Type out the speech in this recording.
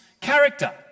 character